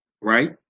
right